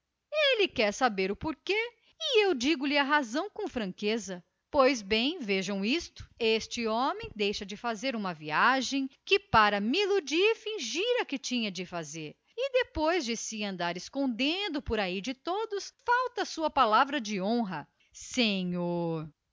eu nego lha ele quer saber o porquê e eu dou-lhe a razão com franqueza pois bem vejam este homem deixa de fazer uma viagem que para me iludir fingiu que ia fazer e depois de andar por aí a esconder-se de todos falta à sua palavra de honra e